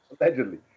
Allegedly